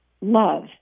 love